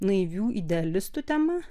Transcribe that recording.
naivių idealistų tema